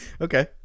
Okay